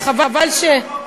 שחבל,